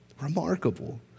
Remarkable